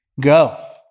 go